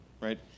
Right